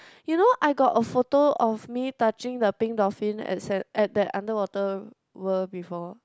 you know I got a photo of me touching the pink dolphin at sand at that underwater world before